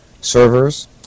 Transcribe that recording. servers